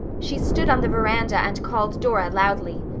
she stood on the veranda and called dora loudly.